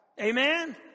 Amen